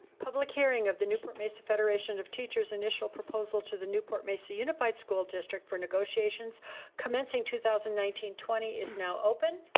public hearing of the newport mesa federation of teachers initial proposal to the newport-mesa unified school district for negotiations commencing two thousand and nineteen twenty is now open.